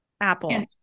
Apple